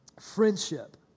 friendship